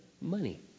Money